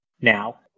now